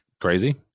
crazy